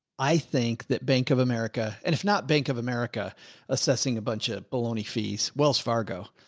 i think that bank of america and if not, bank of america assessing a bunch of bologna fees, wells fargo,